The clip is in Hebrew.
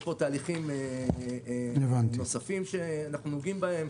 יש תהליכים נוספים שאנחנו נוגעים בהם,